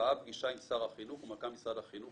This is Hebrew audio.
נקבעה פגישה של ההורים עם שר החינוך ומנכ"ל משרד החינוך,